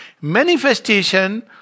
manifestation